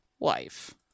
life